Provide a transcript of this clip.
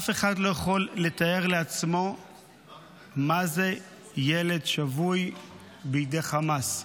אף אחד לא יכול לתאר לעצמו מה זה ילד שבוי בידי חמאס.